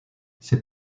ses